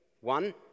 One